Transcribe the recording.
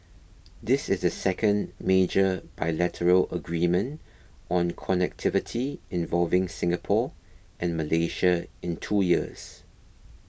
this is the second major bilateral agreement on connectivity involving Singapore and Malaysia in two years